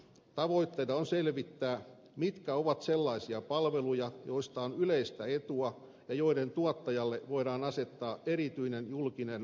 tavoitteena on selvittää mitkä ovat sellaisia palveluja joista on yleistä etua ja joiden tuottajalle voidaan asettaa erityinen julkinen palveluvelvoite